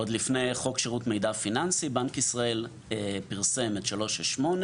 עוד לפני חוק שירות מידע פיננסי בנק ישראל פרסם את 368,